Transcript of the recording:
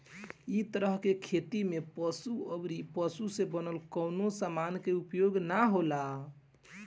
इ तरह के खेती में पशु अउरी पशु से बनल कवनो समान के उपयोग ना होला